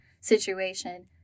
situation